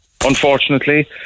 unfortunately